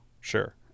sure